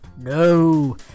No